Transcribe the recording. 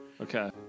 Okay